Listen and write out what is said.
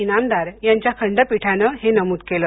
इनामदार यांच्या खंडपीठाने हे नमूद केलं